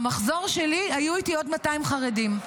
במחזור שלי היו איתי עוד 200 חרדים.